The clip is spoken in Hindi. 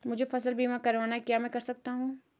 मुझे फसल बीमा करवाना है क्या मैं कर सकता हूँ?